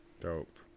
Dope